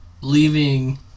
leaving